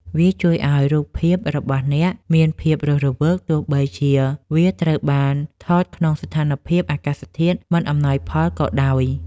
វាជួយឱ្យរូបភាពរបស់អ្នកមានភាពរស់រវើកទោះបីជាវាត្រូវបានថតក្នុងស្ថានភាពអាកាសធាតុមិនអំណោយផលក៏ដោយ។